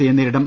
സിയെ നേരിടും